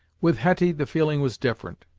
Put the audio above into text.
with hetty the feeling was different.